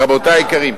רבותי היקרים,